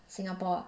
singapore ah